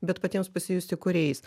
bet patiems pasijusti kūrėjais